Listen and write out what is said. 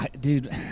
Dude